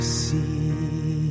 see